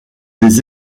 des